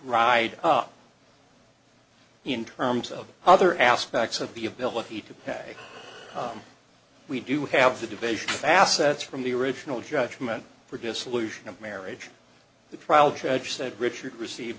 dried up in terms of other aspects of the ability to pay we do have the division of assets from the original judgment for dissolution of marriage the trial judge said richard received